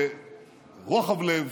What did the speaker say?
ברוחב לב,